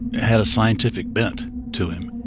had a scientific bent to him.